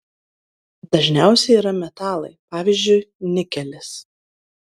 dažniausiai yra metalai pavyzdžiui nikelis